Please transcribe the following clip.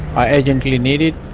i urgently need it.